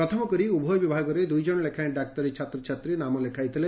ପ୍ରଥମ କରି ଉଭୟ ବିଭାଗରେ ଦୁଇ ଜଣ ଲେଖାଏଁ ଡାକ୍ତରୀ ଛାତ୍ରଛାତ୍ରୀ ନାମ ଲେଖାଇଥିଲେ